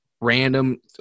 random